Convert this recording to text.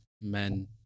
men